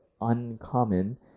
uncommon